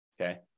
Okay